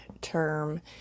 term